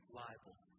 liable